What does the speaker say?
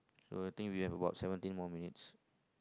so I think we have about seventeen more minutes